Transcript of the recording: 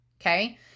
Okay